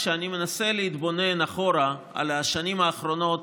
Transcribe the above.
כשאני מנסה להתבונן אחורה על השנים האחרונות,